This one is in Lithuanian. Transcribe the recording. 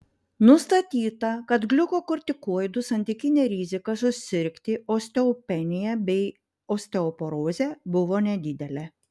nustatyta kad gliukokortikoidų santykinė rizika susirgti osteopenija bei osteoporoze buvo nedidelė